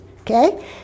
okay